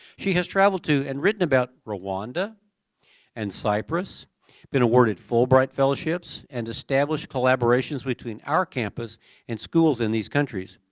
she has traveled to and written about rwanda and cyprus, had been awarded fulbright fellowships and established collaborations between our campus and schools in these countries.